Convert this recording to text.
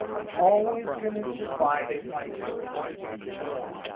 i'm always going to divide it by twenty four.